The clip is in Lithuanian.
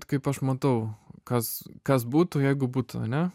kaip aš matau kas kas būtų jeigu būtų ane